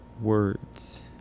Words